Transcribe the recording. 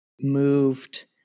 Moved